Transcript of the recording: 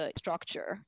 structure 。